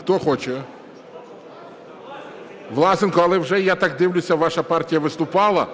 Хто хоче? Власенко. Але вже, я так дивлюся, ваша партія виступала.